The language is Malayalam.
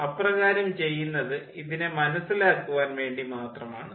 അപ്രകാരം ചെയ്യുന്നത് ഇതിനെ മനസ്സിലാക്കുവാൻ വേണ്ടി മാത്രം ആണ്